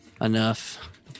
enough